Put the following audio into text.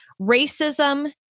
racism